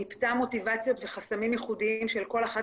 מוטיבציות וחסמים ייחודיים של כל אחת